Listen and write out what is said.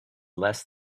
less